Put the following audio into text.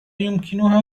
يمكنها